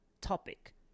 topic